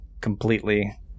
completely